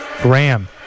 Graham